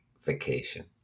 vacation